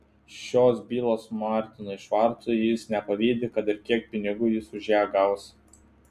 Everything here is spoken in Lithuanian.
šios bylos martinui švarcui jis nepavydi kad ir kiek pinigų jis už ją gaus